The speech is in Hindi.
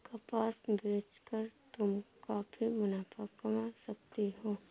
कपास बेच कर तुम काफी मुनाफा कमा सकती हो